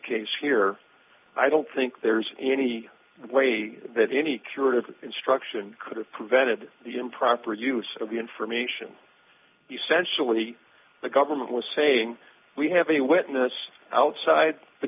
case here i don't think there's any way that any curative instruction could have prevented the improper use of the information essentially the government was saying we have a witness outside the